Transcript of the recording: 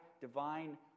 divine